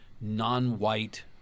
non-white